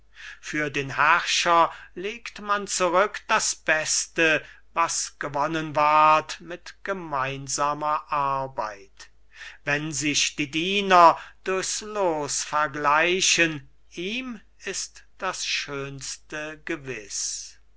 für den herrscher legt man zurück das beste was gewonnen ward mit gemeinsamer arbeit wenn sich die diener durchs loos vergleichen ihm ist das schönste gewiß